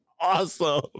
awesome